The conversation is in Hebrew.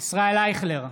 ישראל אייכלר,